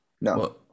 no